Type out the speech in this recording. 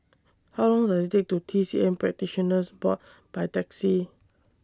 How Long Does IT Take toT C M Practitioners Board By Taxi